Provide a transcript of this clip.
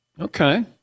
Okay